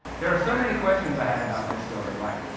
there are so many questions i had about this story, like,